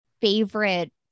favorite